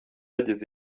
ageza